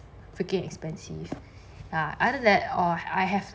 freaking expensive ya either that or I've